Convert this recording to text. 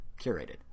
curated